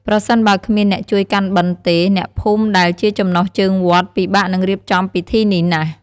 ប្រសិនបើគ្មានអ្នកជួយកាន់បិណ្ឌទេ អ្នកភូមិដែលជាចំណុះជើងវត្ត ពិបាកនឹងរៀបចំពិធីនេះណាស់។